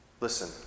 listen